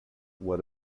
what